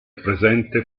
presente